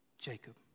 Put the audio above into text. Jacob